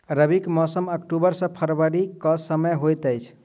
रबीक मौसम अक्टूबर सँ फरबरी क समय होइत अछि